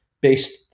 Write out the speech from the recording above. based